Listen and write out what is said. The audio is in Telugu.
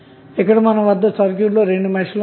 ఇక్కడ మన వద్ద సర్క్యూట్ లో రెండు మెష్ లు ఉన్నాయి